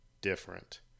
different